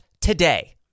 today